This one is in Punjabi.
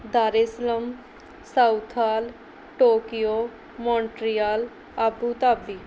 ਦਾਰੇਸਲੰਮ Southall Tokyo Montreal Abu Dhabi